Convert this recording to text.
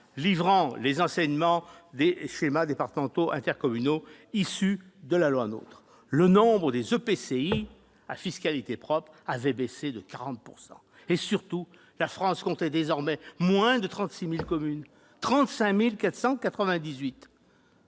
Sénat les enseignements des schémas départementaux de coopération intercommunale issus de la loi NOTRe : le nombre des EPCI à fiscalité propre avait baissé de 40 % et, surtout, la France comptait désormais moins de 36 000 communes : 35 498